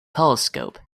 telescope